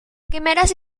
primeras